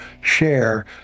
share